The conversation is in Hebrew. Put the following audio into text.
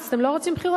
אז אתם לא רוצים בחירות?